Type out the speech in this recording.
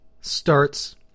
starts